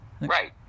Right